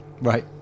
Right